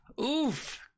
oof